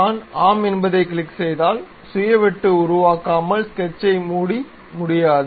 நான் ஆம் என்பதைக் கிளிக் செய்தால் சுய வெட்டு உருவாக்காமல் ஸ்கெட்சை மூட முடியாது